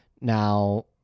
now